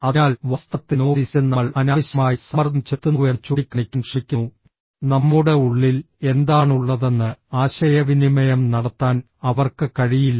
അതിനാൽ വാസ്തവത്തിൽ നോവലിസ്റ്റ് നമ്മൾ അനാവശ്യമായി സമ്മർദ്ദം ചെലുത്തുന്നുവെന്ന് ചൂണ്ടിക്കാണിക്കാൻ ശ്രമിക്കുന്നു നമ്മുടെ ഉള്ളിൽ എന്താണുള്ളതെന്ന് ആശയവിനിമയം നടത്താൻ അവർക്ക് കഴിയില്ല